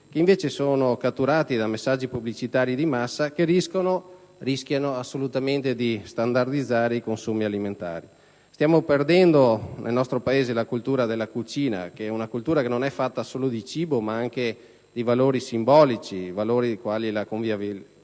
sono invece catturati da messaggi pubblicitari di massa che rischiano assolutamente di standardizzare i consumi alimentari. Stiamo perdendo nel nostro Paese la cultura della cucina, che non è fatta solo di cibo ma anche di valori simbolici, quali sicuramente la convivialità,